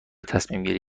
تصمیمگیری